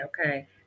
okay